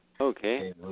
Okay